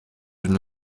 une